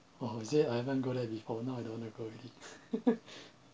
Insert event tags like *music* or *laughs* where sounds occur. oh is it I haven't go there before now I don't want to go already *laughs*